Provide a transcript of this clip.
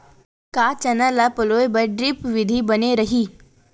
का चना ल पलोय बर ड्रिप विधी बने रही?